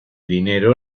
dinero